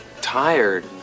tired